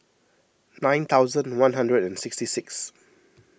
nine thousand one hundred and sixty six